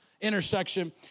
intersection